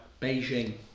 Beijing